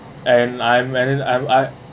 and I'm and I'm I